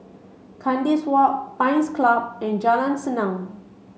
Kandis Walk Pines Club and Jalan Senang